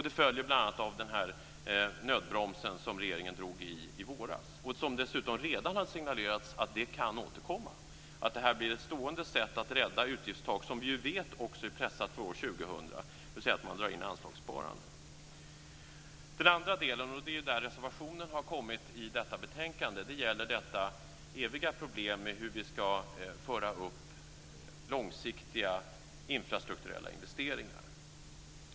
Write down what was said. Det följer bl.a. av den här nödbromsen som regeringen drog i i våras. Och det har redan signalerats att det kan återkomma, att detta blir ett stående sätt att rädda utgiftstak som vi ju vet också är pressat för år 2000, dvs. att man drar in anslagssparande. Den andra delen, och det är i fråga om denna som det finns en reservation i betänkandet, gäller detta eviga problem med hur vi ska föra upp långsiktiga infrastrukturella investeringar.